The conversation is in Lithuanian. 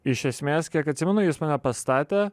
iš esmės kiek atsimenu jis mane pastatė